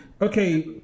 Okay